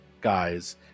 guys